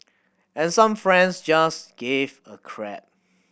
and some friends just give a crap